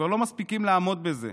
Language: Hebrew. כבר לא מספיקים לעמוד בזה,